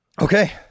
Okay